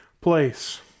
place